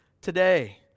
today